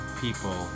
people